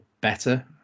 better